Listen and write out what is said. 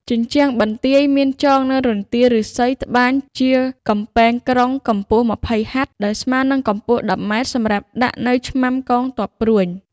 ជញ្ជាំងបន្ទាយមានចងនៅរន្ទាឬស្សីត្បាញគ្នាជាកំពែងក្រុងកម្ពស់ ២០ហត្ថ ដោយស្មើនិងកម្ពស់ ១០ម៉្រែត សម្រាប់ដាក់នៅឆ្មាំកងទ័ពព្រួញ ។